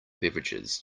beverages